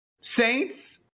Saints –